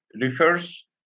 refers